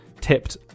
tipped